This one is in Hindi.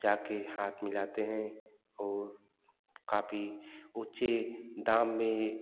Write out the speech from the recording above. जा के हाथ मिलाते हैं और कापी ऊँचे दाम में